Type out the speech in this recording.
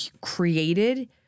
created